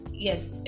Yes